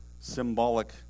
symbolic